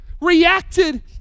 reacted